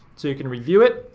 so you can review it.